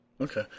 Okay